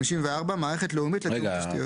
סעיף 54. מערכת לאומית לתיאום תשתיות.